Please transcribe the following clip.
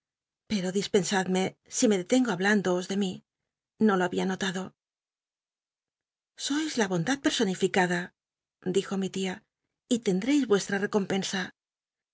pero dis lcnsadmc me detengo hablándoos do mi no lo hahia notado sois la bondad personificada dijo mi tia y lcndreis yuestra ccompcnsa